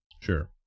Sure